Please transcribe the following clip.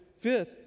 fifth